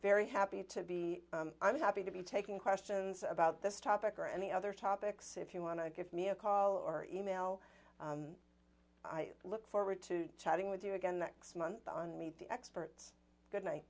very happy to be i'm happy to be taking questions about this topic or any other topics if you want to give me a call or e mail i look forward to chatting with you again next month on meet the experts good night